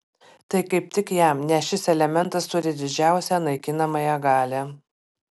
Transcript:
tai kaip tik jam nes šis elementas turi didžiausią naikinamąją galią